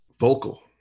Vocal